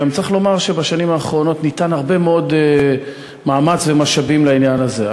גם צריך לומר שבשנים האחרונות ניתנו הרבה מאוד מאמץ ומשאבים לעניין הזה.